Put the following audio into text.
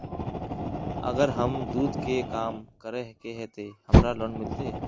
अगर हम दूध के काम करे है ते हमरा लोन मिलते?